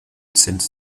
since